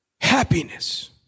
Happiness